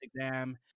exam